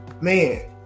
man